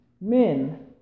men